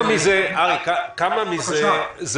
כמה מזה זה